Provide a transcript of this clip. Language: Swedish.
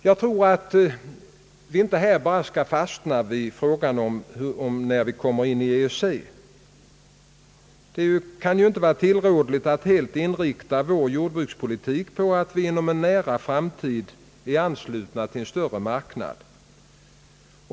Jag tror inte att vi skall fastna vid frågan när vi skall komma in i EEC; det kan inte vara tillrådligt att helt inrikta vår jordbrukspolitik på att vi i en nära framtid är anslutna till en större marknad.